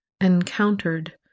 encountered